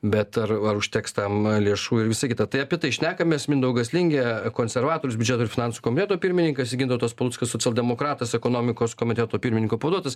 bet ar ar užteks tam lėšų ir visa kita tai apie tai šnekamės mindaugas lingė konservatorius biudžeto ir finansų komiteto pirmininkas gintautas paluckas socialdemokratas ekonomikos komiteto pirmininko pavaduotojas